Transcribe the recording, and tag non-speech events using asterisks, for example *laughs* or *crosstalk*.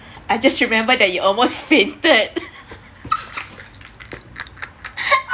I just remembered that you almost fainted *laughs*